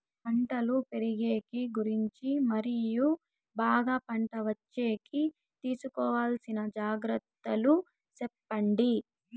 పంటలు పెరిగేకి గురించి మరియు బాగా పంట వచ్చేకి తీసుకోవాల్సిన జాగ్రత్త లు సెప్పండి?